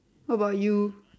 what about you